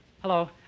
Hello